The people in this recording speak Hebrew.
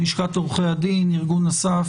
בתחילת ההליך הוא צריך סכום שנע בסכומים שהחוק